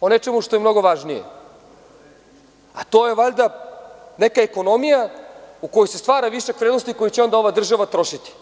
o nečemu što je mnogo važnije, a to je valjda neka ekonomija gde se stvara višak vrednosti koje će onda ova država trošiti.